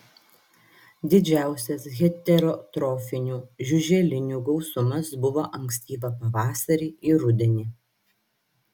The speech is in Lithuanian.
didžiausias heterotrofinių žiuželinių gausumas buvo ankstyvą pavasarį ir rudenį